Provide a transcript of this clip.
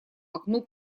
окну